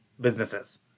businesses